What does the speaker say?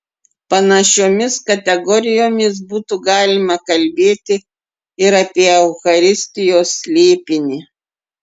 panašiomis kategorijomis būtų galima kalbėti ir apie eucharistijos slėpinį